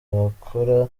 wakora